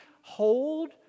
hold